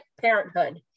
parenthood